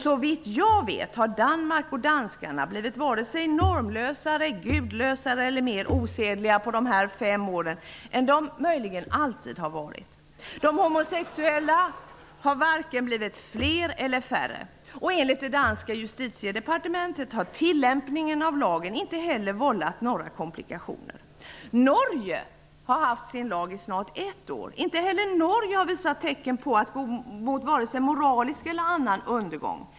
Såvitt jag vet har Danmark och danskarna inte blivit vare sig normlösare, gudlösare eller mer osedliga på de här fem åren än de möjligen alltid har varit. De homosexuella har varken blivit fler eller färre. Enligt det danska justitiedepartementet har tillämpningen av lagen inte heller vållat några komplikationer. Norge har haft sin lag i snart ett år. Inte heller Norge har visat tecken på att gå mot vare sig moralisk eller annan undergång.